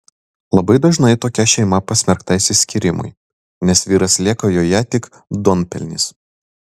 labai dažnai tokia šeima pasmerkta išsiskyrimui nes vyras lieka joje tik duonpelnys